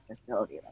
facility